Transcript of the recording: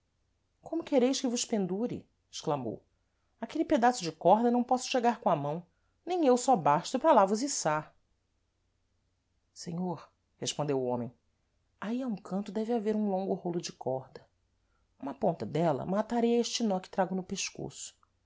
como quereis que vos pendure exclamou àquele pedaço de corda não posso chegar com a mão nem eu só basto para lá vos içar senhor respondeu o homem aí a um canto deve haver um longo rôlo de corda uma ponta dela ma atareis a este nó que trago no pescoço